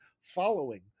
following